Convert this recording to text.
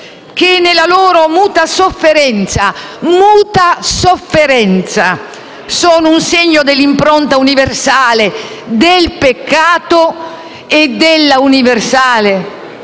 che nella loro muta sofferenza sono un segno dell'impronta universale del peccato e dell'universale